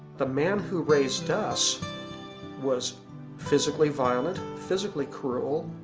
the man who raised us was physically violent, physically cruel.